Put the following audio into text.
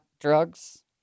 drugs